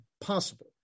possible